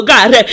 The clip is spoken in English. God